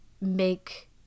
make